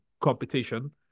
competition